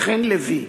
וכן לוי.